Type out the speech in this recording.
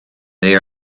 they